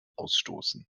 ausstoßen